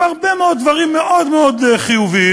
עם הרבה מאוד דברים מאוד מאוד חיוביים.